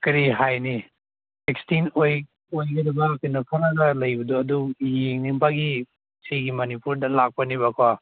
ꯀꯔꯤ ꯍꯥꯏꯅꯤ ꯑꯦꯛꯁꯇꯤꯡ ꯑꯣꯏꯒꯗꯕ ꯀꯩꯅꯣ ꯈꯔꯒ ꯂꯩꯕꯗꯣ ꯑꯗꯨ ꯌꯦꯡꯅꯤꯡꯕꯒꯤ ꯁꯤꯒꯤ ꯃꯅꯤꯄꯨꯔꯗ ꯂꯥꯛꯄꯅꯤꯕ ꯀꯣ